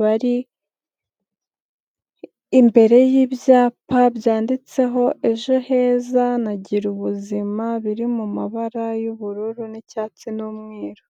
bari imbere y'ibyapa byanditseho ejo heza na Girubuzima, biri mu mabara y'ubururu n'icyatsi n'umweru.